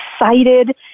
excited